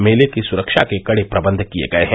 मेले की सुरक्षा के कड़े प्रबंध किये गये हैं